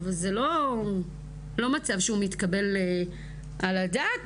אבל זה לא מצב שמתקבל על הדעת,